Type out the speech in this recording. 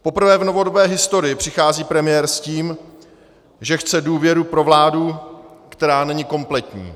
Poprvé v novodobé historii přichází premiér s tím, že chce důvěru pro vládu, která není kompletní.